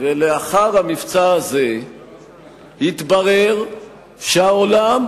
לאחר המבצע הזה התברר שהעולם,